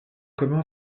commun